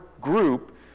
group